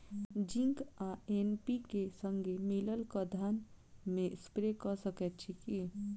Zinc आ NPK, संगे मिलल कऽ धान मे स्प्रे कऽ सकैत छी की?